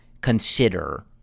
consider